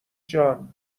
جان